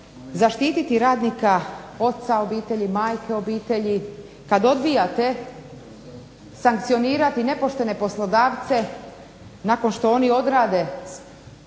zaštititi radnika, oca obitelji, majke obitelji kad odbijate sankcionirati nepoštene poslodavce nakon što oni odrade